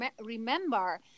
remember